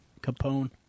Capone